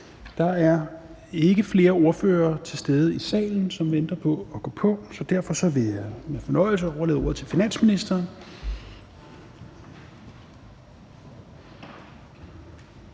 Der er ikke flere ordførere til stede i salen, som venter på at gå på, så derfor vil jeg med fornøjelse overlade ordet til finansministeren.